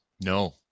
No